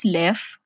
left